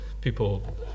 people